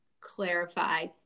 clarify